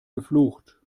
geflucht